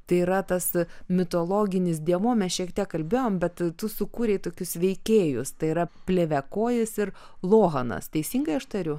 tai yra tas mitologinis dėmuo mes šiek tiek kalbėjom bet tu sukūrei tokius veikėjus tai yra plėviakojis ir lohanas teisingai aš tariu